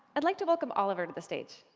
i'd like to welcome oliver to the stage.